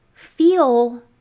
Feel